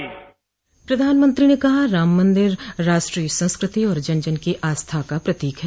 प्रधानमंत्री ने कहा राम मंदिर राष्ट्रीय संस्कृति और जन जन की आस्था का प्रतीक है